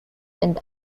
and